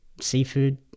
seafood